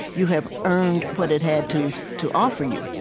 you have earned what it had to to offer you.